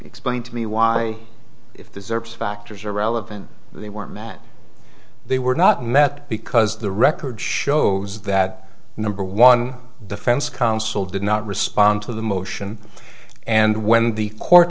explain to me why if the serbs factors are relevant they were mad they were not met because the record shows that number one defense counsel did not respond to the motion and when the court